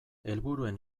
helburuen